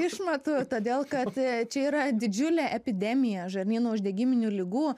išmatų todėl kad čia yra didžiulė epidemija žarnyno uždegiminių ligų